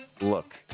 look